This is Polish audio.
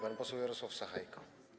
Pan poseł Jarosław Sachajko.